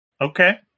okay